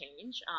change